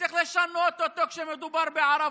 וצריך לשנות אותו כשמדובר בערבים?